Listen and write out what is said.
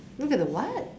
look at the what